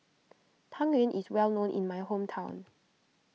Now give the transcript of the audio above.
Tang Yuen is well known in my hometown